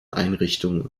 einrichtungen